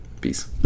peace